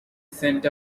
scent